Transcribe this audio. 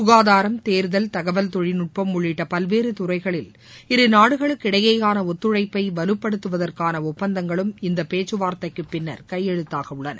சுகாதாரம் தேர்தல் தகவல்தொழில்நுட்பம் உள்ளிட்ட பல்வேறு துறைகளில் இருநாடுகளுக்கிடையேயான ஒத்துழைப்பை வலுப்படுத்துவதற்கான ஒப்பந்தங்களும் இந்த பேச்சுவார்த்தைக்கு பின்னர் கையெழுத்தாகவுள்ளன